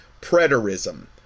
Preterism